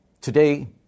Today